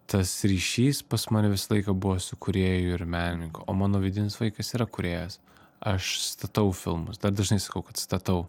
tas ryšys pas mane visą laiką buvo su kūrėju ir menininku o mano vidinis vaikas yra kūrėjas aš statau filmus da dažnai sakau kad statau